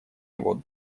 его